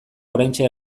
oraintxe